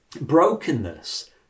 brokenness